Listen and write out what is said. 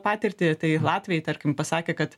patirtį tai latviai tarkim pasakė kad